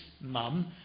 mum